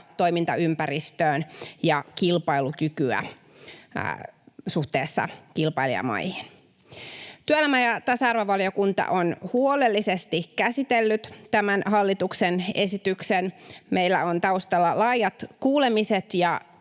toimintaympäristöön ja kilpailukykyä suhteessa kilpailijamaihin. Työelämä- ja tasa-arvovaliokunta on huolellisesti käsitellyt tämän hallituksen esityksen. Meillä on taustalla laajat kuulemiset ja